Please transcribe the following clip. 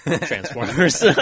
Transformers